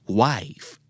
wife